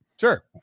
sure